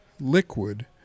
liquid